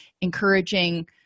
encouraging